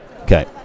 Okay